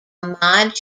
ahmad